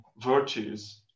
virtues